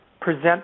present